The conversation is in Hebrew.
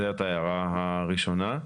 זו ההערה הראשונה.